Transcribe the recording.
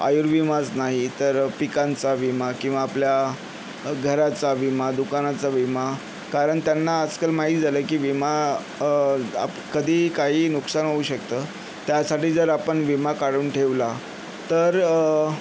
आयुर्विमाच नाही तर पिकांचा विमा किंवा आपल्या घराचा विमा दुकानाचा विमा कारण त्यांना आजकाल माहीत झालं आहे की विमा कधीही काहीही नुकसान होवू शकतं त्यासाठी जर आपण विमा काढून ठेवला तर